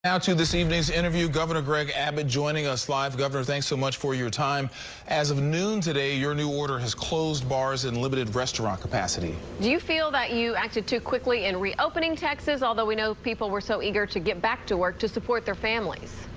to this evening's interview governor greg abbott joining us live governor, thanks so much for your time as of noon today, your new order has closed bars unlimited restaurant capacity, you feel that you acted too quickly in reopening texas, although we know people were so eager to get back to work to support their families.